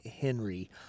Henry—